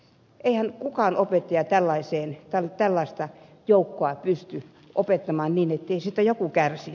eihän kukaan opettaja tällaista joukkoa pysty opettamaan niin ettei siitä joku kärsisi